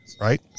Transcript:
right